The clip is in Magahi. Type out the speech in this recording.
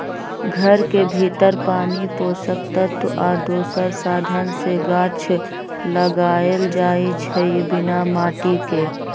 घर के भीतर पानी पोषक तत्व आ दोसर साधन से गाछ लगाएल जाइ छइ बिना माटिके